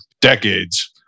decades